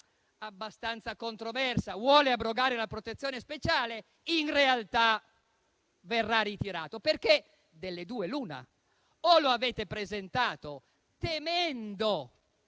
abbastanza controversa, vuole abrogare la protezione speciale, in realtà verrà ritirato. Delle due l'una: o lo avete presentato temendo